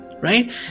right